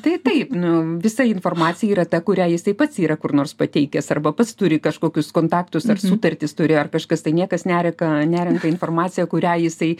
tai taip nu visa informacija yra ta kurią jisai pats yra kur nors pateikęs arba pats turi kažkokius kontaktus ar sutartis turi ar kažkas tai niekas nerenka nerenka informaciją kurią jisai